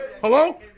hello